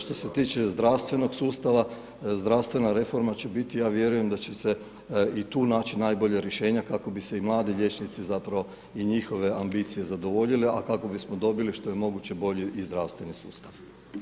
Što se tiče zdravstvenog sustava, zdravstvena reforma će biti, ja vjerujem da će se i tu naći najbolja rješenja, kako bi se i mladi liječnici, zapravo, i njihove ambicije zadovoljile, a kako bismo dobili što je moguće bolji i zdravstveni sustav.